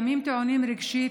ימים טעונים רגשית,